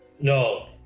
No